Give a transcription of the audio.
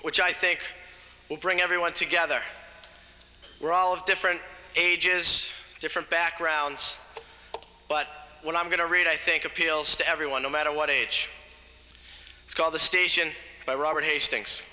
which i think will bring everyone together we're all of different ages different backgrounds but what i'm going to read i think appeals to everyone no matter what age it's called the station by robert hastings